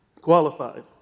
Qualified